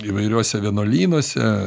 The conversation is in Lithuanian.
įvairiuose vienuolynuose